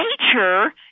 nature